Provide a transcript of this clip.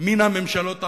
מן הממשלות האחרונות,